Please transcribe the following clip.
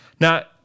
Now